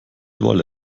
wolle